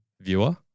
viewer